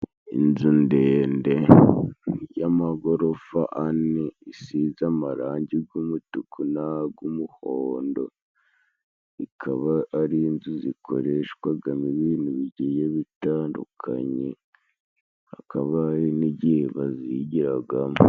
Inzu ndende y'amagorofa ane isize amarangi g'umutuku n'ag'umuhondo, ikaba ari inzu zikoreshwagamo ibintu bigiye bitandukanye hakaba hari n'igihe bazigiragamo.